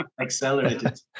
Accelerated